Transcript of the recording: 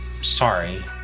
Sorry